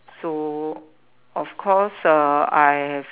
so of course uh I have